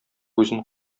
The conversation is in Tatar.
үзен